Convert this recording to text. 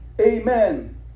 amen